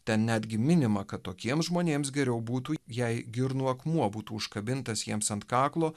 ten netgi minima kad tokiems žmonėms geriau būtų jei girnų akmuo būtų užkabintas jiems ant kaklo